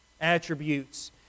attributes